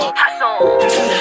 hustle